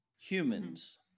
humans